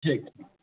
जी